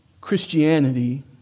Christianity